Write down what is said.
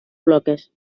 bloques